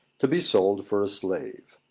to be sold for a slave.